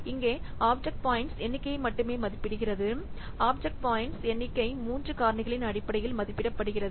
இங்கே object points எண்ணிக்கை மட்டுமே மதிப்பிடப்படுகிறது ஆப்ஜெக்ட் பாயிண்ட்ஸ் எண்ணிக்கை மூன்று காரணிகளின் அடிப்படையில் மதிப்பிடப்படுகிறது